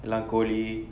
எல்லாம் கோழி:ellam kozhi